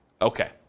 Okay